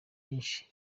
byinshi